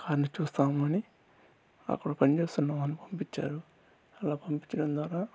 కార్ని చూస్తాము అని అక్కడ పనిచేస్తున్న వాళ్ళని పంపిచ్చారు అలా పంపించడం ద్వారా